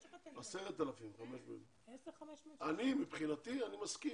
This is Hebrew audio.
10,560. מבחינתי אני מסכים,